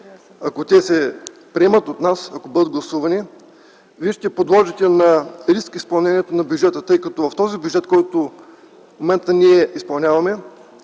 ако се приемат от нас, ако бъдат гласувани, вие ще подложите на риск изпълнението на бюджета, тъй като в този бюджет, който в момента изпълняваме,